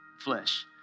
flesh